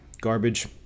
Garbage